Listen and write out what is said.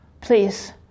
Please